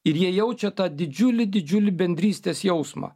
ir jie jaučia tą didžiulį didžiulį bendrystės jausmą